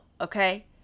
okay